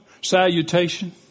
salutation